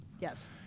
Yes